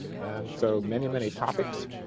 and so many many topics.